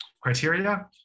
criteria